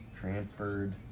Transferred